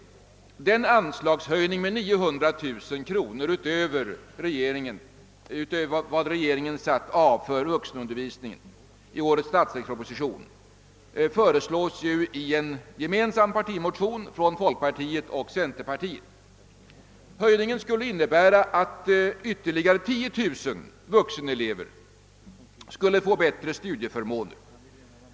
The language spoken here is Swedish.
I en gemensam partimotion föreslår folkpartiet och centerpartiet en = anslagshöjning med 900 000 kronor utöver vad regeringen har satt av för vuxenundervisningen i årets statsverksproposition. Höjningen skulle innebära att ytterligare 10 000 vuxenelever skulle få bättre studieförmåner.